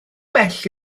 bell